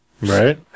Right